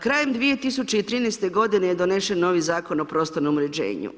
Krajem 2013. godine je donesen novi Zakon o prostornom uređenju.